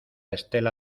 estela